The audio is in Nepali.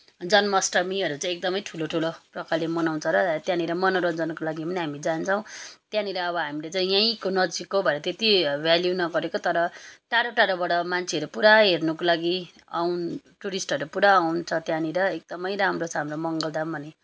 जन्माष्टमीहरू चाहिँ एकदमै ठुलो ठुलो प्रकारले मनाउँछ र त्यहाँनिर मनोरञ्जनको लागि पनि हामी जान्छौँ त्यहाँनिर अब हामीले यहीँको नजिकको भएर चाहिँ त्यति भ्यालु नगरेको तर टाढो टाढोबाट मान्छेहरू पुरा हेर्नुको लागि आउन टुरिस्टहरू पुरा आउँछ त्यहाँनिर एकदमै राम्रो छ हाम्रो मङ्गलधाम भने